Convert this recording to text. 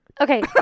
Okay